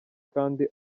kandi